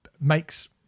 makes